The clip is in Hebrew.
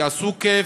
יעשו כיף,